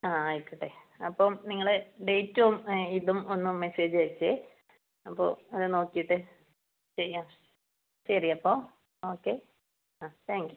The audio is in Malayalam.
ആ ആയിക്കോട്ടെ അപ്പം നിങ്ങൾ ഡേറ്റും ഇതും ഒന്ന് മെസ്സേജ് അയച്ചേ അപ്പോൾ അത് നോക്കിയിട്ട് ചെയ്യാം ശരി അപ്പോൾ ഓക്കെ ആ താങ്ക് യു